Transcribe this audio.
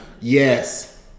Yes